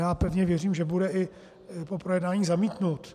A já pevně věřím, že bude i po projednání zamítnut.